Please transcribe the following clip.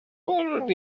already